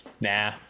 Nah